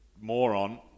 moron